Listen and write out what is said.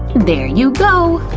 there you go.